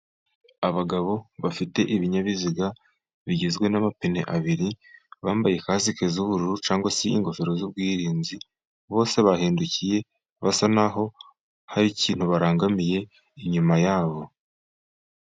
Abagabo bafite ibinyabiziga bigizwe n'amapine abiri. Bambaye kasiki z'ubururu cyangwa se ingofero z'ubwirinzi. Bose bahindukiye basa n'aho hari ikintu barangamiye inyuma yabo.